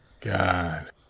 God